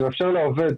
זה מאפשר לעובד,